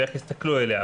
ואיך יסתכלו עליה,